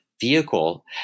vehicle